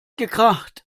gekracht